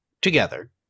together